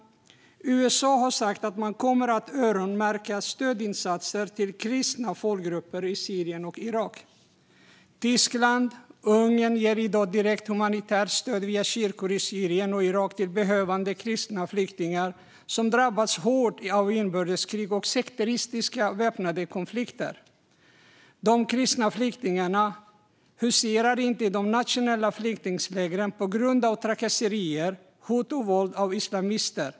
USA har sagt att man kommer att öronmärka stödinsatser till kristna folkgrupper i Syrien och Irak. Tyskland och Ungern ger i dag direkt humanitärt stöd via kyrkor i Syrien och Irak till behövande kristna flyktingar som drabbats hårt av inbördeskrig och sekteristiska väpnade konflikter. De kristna flyktingarna finns inte i de nationella flyktinglägren på grund av trakasserier, hot och våld från islamister.